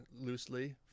loosely